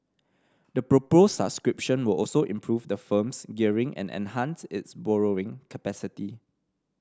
the proposed subscription will also improve the firm's gearing and enhance its borrowing capacity